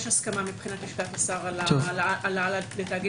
יש הסכמה מבחינת לשכת השר על העלאת תאגיד